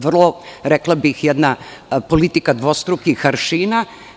Vrlo, rekla bih, jedna politika dvostrukih aršina.